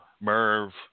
Merv